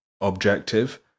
objective